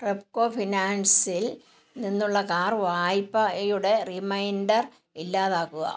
റെപ്കോ ഫിനാൻസിൽ നിന്നുള്ള കാർ വായ്പയുടെ റിമൈൻഡർ ഇല്ലാതാക്കുക